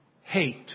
hate